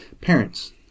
parents